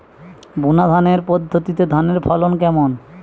বুনাধানের পদ্ধতিতে ধানের ফলন কেমন?